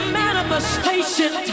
manifestation